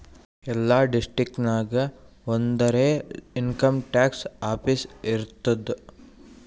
ಎಲ್ಲಾ ಡಿಸ್ಟ್ರಿಕ್ಟ್ ನಾಗ್ ಒಂದರೆ ಇನ್ಕಮ್ ಟ್ಯಾಕ್ಸ್ ಆಫೀಸ್ ಇರ್ತುದ್